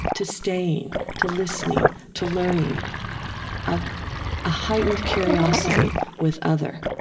to staying, to listening, to learning of a heightened curiosity with other.